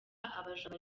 abajura